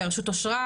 בראשות אושרה,